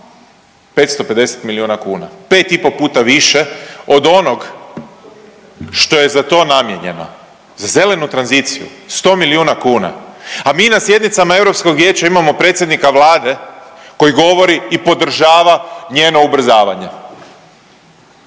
550 milijuna kuna. 5,5 puta više od onog što je za to namijenjeno, za zelenu tranziciju 100 milijuna kuna. A mi na sjednicama Europskog vijeća imamo predsjednika Vlade koji govori i podržava njeno ubrzavanje.